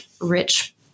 rich